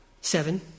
seven